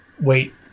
wait